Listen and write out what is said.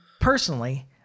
personally